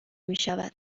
میشود